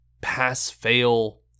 pass-fail